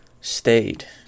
stayed